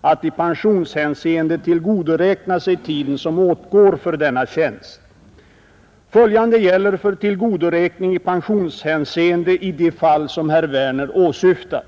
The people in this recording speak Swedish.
att i pensionshänseende tillgodoräkna sig tiden som åtgår för denna tjänst. Följande gäller för tillgodoräkning i pensionshänseende i de fall som herr Werner åsyftar.